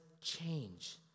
change